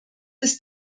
ist